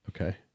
okay